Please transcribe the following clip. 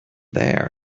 there